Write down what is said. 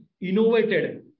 innovated